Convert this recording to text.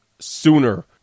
sooner